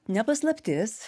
ne paslaptis